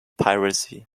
piracy